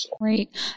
Great